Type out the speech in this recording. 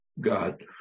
God